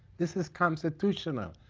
this is constitutional.